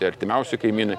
artimiausi kaimynai